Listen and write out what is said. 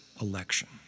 election